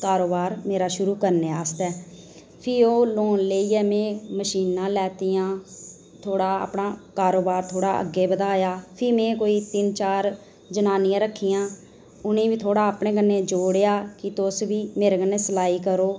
कारोबार मेरा शुरू करने आस्तै ते फ्ही ओह् लोन लेइयै में मशीनां लैतियां थोह्ड़ा अपना थोह्ड़ा कारोबार अग्गें बधाया ते फ्ही में कोई तिन चार जनानियां रक्खियां उ'नेंगी बी थोह्ड़ा अपने कन्नै जोड़ेआ कि तुस बी मेरे कन्नै सिलाई करो